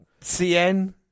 Cn